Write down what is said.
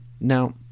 Now